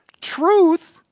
Truth